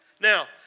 Now